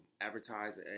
advertise